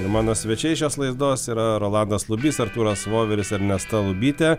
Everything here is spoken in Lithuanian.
ir mano svečiai šios laidos yra rolandas lubys artūras voveris ernesta lubytė